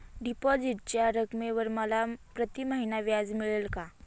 डिपॉझिटच्या रकमेवर मला प्रतिमहिना व्याज मिळेल का?